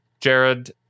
Jared